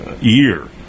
year